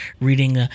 reading